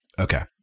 Okay